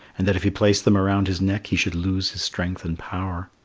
and that if he placed them around his neck he should lose his strength and power.